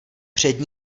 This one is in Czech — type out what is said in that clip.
před